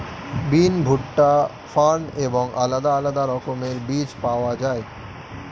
বিন, ভুট্টা, ফার্ন এবং আলাদা আলাদা রকমের বীজ পাওয়া যায়